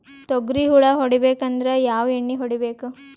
ತೊಗ್ರಿ ಹುಳ ಹೊಡಿಬೇಕಂದ್ರ ಯಾವ್ ಎಣ್ಣಿ ಹೊಡಿಬೇಕು?